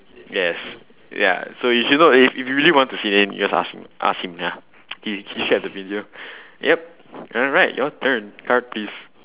yes ya so you should know if if you really want to see it then you just ask me ask him ya he he shared the video yup alright your turn card please